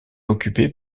occupé